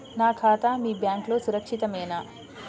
నా ఖాతా మీ బ్యాంక్లో సురక్షితమేనా?